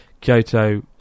Kyoto